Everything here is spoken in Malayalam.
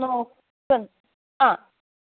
ഓ ആ